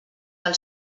del